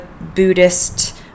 Buddhist